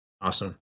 Awesome